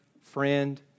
friend